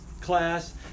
class